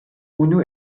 unu